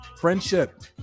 friendship